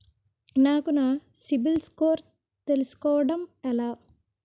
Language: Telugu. నాకు నా సిబిల్ స్కోర్ తెలుసుకోవడం ఎలా?